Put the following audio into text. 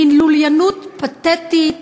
מין לוליינות פתטית,